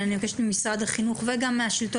אני מבקשת ממשרד החינוך וגם מהשלטון